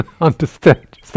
understand